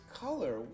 color